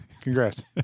Congrats